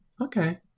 okay